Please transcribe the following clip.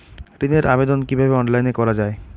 ঋনের আবেদন কিভাবে অনলাইনে করা যায়?